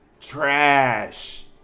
Trash